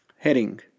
Heading